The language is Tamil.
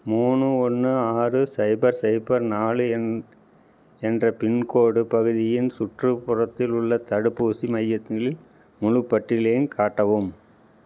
மூணு ஒன்று ஆறு சைபர் சைபர் நாலு என் என்ற பின்கோடு பகுதியின் சுற்றுப்புறத்தில் உள்ள தடுப்பூசி மையத்தில் முழு பட்டியலையும் காட்டவும்